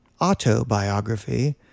Autobiography